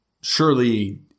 surely